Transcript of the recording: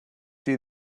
see